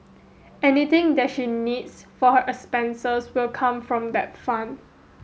anything that she needs for her expenses will come from that fund